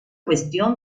cuestión